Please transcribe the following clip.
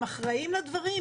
הם אחראים לדברים.